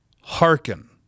hearken